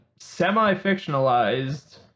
semi-fictionalized